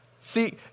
See